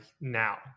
now